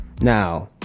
Now